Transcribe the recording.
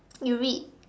you read